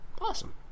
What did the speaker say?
awesome